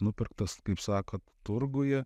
nupirktas kaip sakot turguje